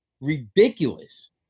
ridiculous